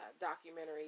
documentary